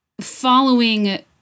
following